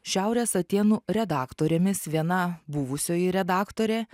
šiaurės atėnų redaktorėmis viena buvusioji redaktorė